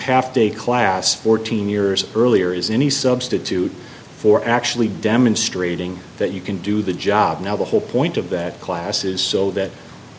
half day class fourteen years earlier is any substitute for actually demonstrating that you can do the job now the whole point of that class is so that